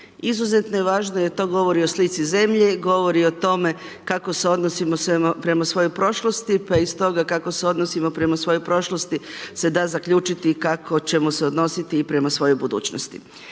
Izuzetno je važno jer to govori o slici zemlje, govori o tome kako se odnosimo prema svojoj prošlosti, pa iz toga kako se odnosimo prema svojoj prošlosti se da zaključiti i kako ćemo se odnositi i prema svojoj budućnosti.